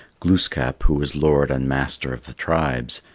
glooskap, who was lord and master of the tribes,